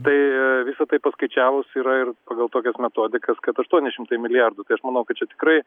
tai visa tai paskaičiavus yra ir pagal tokias metodikas kad aštuoni šimtai milijardų manau kad čia tikrai